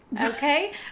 Okay